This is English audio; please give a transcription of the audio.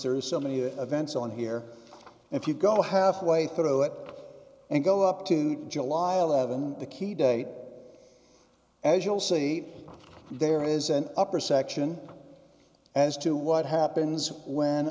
there is so many events on here if you go halfway through it and go up to july th the key date as you'll see there is an upper section as to what happens when